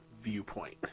viewpoint